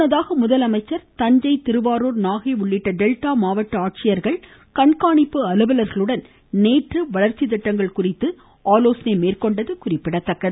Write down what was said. முன்னதாக முதலமைச்சர் தஞ்சை திருவாரூர் நாகை உள்ளிட்ட டெல்டா மாவட்ட ஆட்சியர்கள் கண்காணிப்பு அலுவலர்களுடன் நேற்று வளர்ச்சி திட்டங்கள் குறித்து ஆலோசனை மெற்கொண்டது குறிப்பிடத்தக்கது